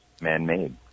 man-made